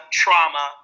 trauma